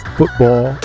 Football